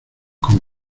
con